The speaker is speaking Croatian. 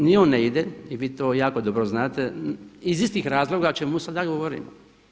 Ni on ne ide i vi to jako dobro znate iz istih razloga o čemu sada govorimo.